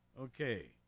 Okay